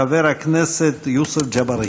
חבר הכנסת יוסף ג'בארין.